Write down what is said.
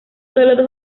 sólo